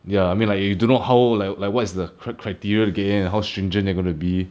ya I mean like you do not know how like like what's the cri~ criteria again then how stringent they're going to be